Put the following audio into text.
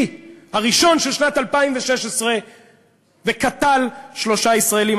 הראשון של שנת 2016 וקטל שלושה ישראלים?